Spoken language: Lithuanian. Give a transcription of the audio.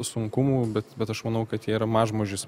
sunkumų bet bet aš manau kad jie yra mažmožis